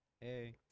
Hey